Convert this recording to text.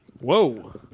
Whoa